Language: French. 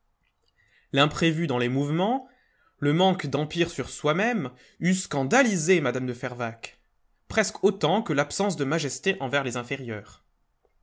l'imprévu dans les mouvements le manque d'empire sur soi-même eût scandalisé mme de fervaques presque autant que l'absence de majesté envers les inférieurs